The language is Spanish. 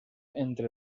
entre